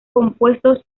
compuestos